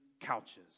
couches